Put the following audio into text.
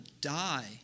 die